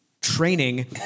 training